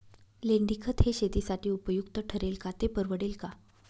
लेंडीखत हे शेतीसाठी उपयुक्त ठरेल का, ते परवडेल का?